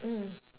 mm